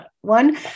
one